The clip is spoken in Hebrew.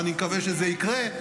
ואני מקווה שזה יקרה,